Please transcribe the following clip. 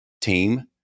team